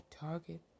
target